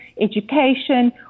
education